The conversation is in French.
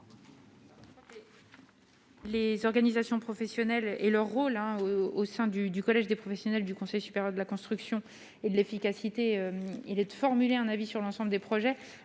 Les organisations professionnelles au sein du collège des professionnels du Conseil supérieur de la construction et de l'efficacité énergétique ont pour rôle de formuler un avis sur l'ensemble des projets.